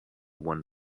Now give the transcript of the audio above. one